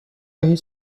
هیچ